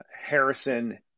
Harrison